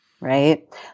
Right